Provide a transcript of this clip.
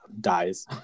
dies